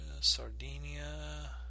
Sardinia